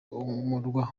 umurwa